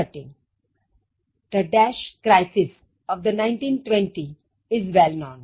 Thirteen The crisis of the 1920's is well known